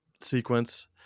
sequence